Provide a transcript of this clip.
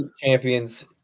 champions